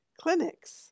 clinics